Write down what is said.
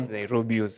Nairobi